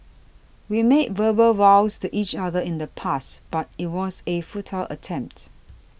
we made verbal vows to each other in the past but it was a futile attempt